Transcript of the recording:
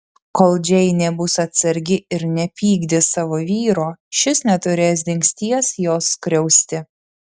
kol džeinė bus atsargi ir nepykdys savo vyro šis neturės dingsties jos skriausti